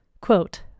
Quote